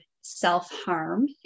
self-harm